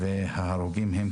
הרוגים.